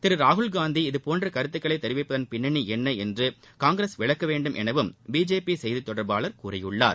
திரு ராகுல் காந்தி இதபோன்று கருத்துகளை தெரிவிப்பதள் பின்னணி என்ன என்று காங்கிரஸ் விளக்கவேண்டும் என்றும் பிஜேபி செய்தி தொடர்பாளர் கூறியுள்ளார்